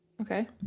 Okay